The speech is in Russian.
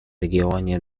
регионе